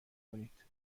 کنید